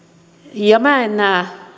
ja minä en näe